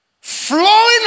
Flowing